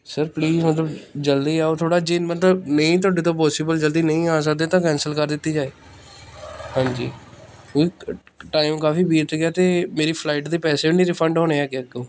sir please ਮਤਲਬ ਜਲਦੀ ਆਓ ਥੋੜ੍ਹਾ ਜੇ ਮਤਲਬ ਨਹੀਂ ਤੁਹਾਡੇ ਤੋਂ ਪੋਸੀਬਲ ਜਲਦੀ ਨਹੀਂ ਆ ਸਕਦੇ ਤਾਂ ਕੈਂਸਲ ਕਰ ਦਿੱਤੀ ਜਾਵੇ ਹਾਂਜੀ ਵੀ ਟਾਈਮ ਕਾਫ਼ੀ ਬੀਤ ਗਿਆ ਅਤੇ ਮੇਰੀ ਫਲਾਈਟ ਦੇ ਪੈਸੇ ਵੀ ਨਹੀਂ ਰਿਫੰਡ ਹੋਣੇ ਹੈਗੇ ਅੱਗੋਂ